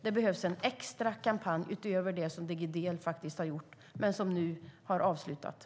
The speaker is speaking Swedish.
Det behövs en extra kampanj utöver det som Digidel faktiskt har gjort men som nu har avslutats.